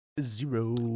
Zero